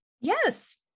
Yes